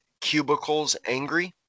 CubiclesAngry